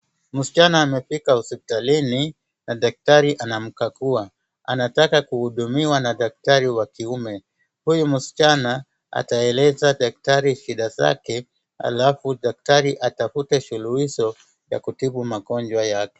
Msichana amefika hospitalini na daktari anamkagua. Anataka kuhudumiwa na daktari wa kiume. Huyu msichana ataeleza daktari shida zake alafu daktari atafute suluhisho ya kutibu magonjwa yake.